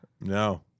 no